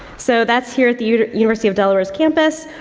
so, that's here at the university of delaware's campus.